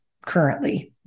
currently